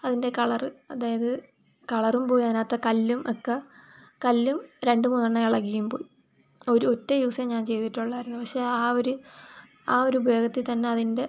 അതിൻ്റെ കളറ് അതായത് കളറും പോയി അതിനകത്തെ കല്ലും ഒക്കെ കല്ലും രണ്ട് മൂന്നെണ്ണം ഇളകിയും പോയി ഒരു ഒറ്റ യൂസെ ഞാൻ ചെയ്തിട്ടുള്ളായിരുന്നു പക്ഷെ ആ ഒരു ആ ഒരു ഉപയോഗത്തിൽത്തന്നെ അതിൻ്റെ